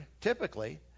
typically